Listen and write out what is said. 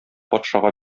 патшага